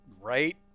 Right